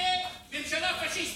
מילא ממשלה פשיסטית,